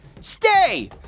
Stay